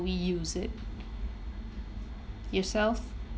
we use it yourself